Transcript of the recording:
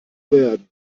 werden